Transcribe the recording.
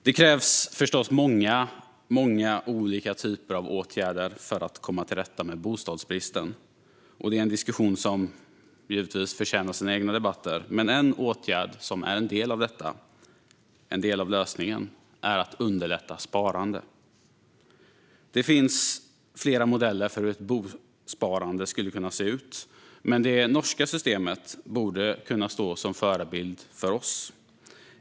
Det krävs förstås många olika typer av åtgärder för att komma till rätta med bostadsbristen, och det är en diskussion som givetvis förtjänar sina egna debatter. Men en åtgärd som är en del av lösningen är att underlätta sparande. Det finns flera modeller för hur ett bosparande skulle kunna se ut, och det norska systemet borde kunna stå som förebild för oss.